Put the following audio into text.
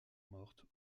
mortes